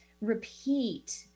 repeat